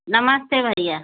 नमस्ते भइया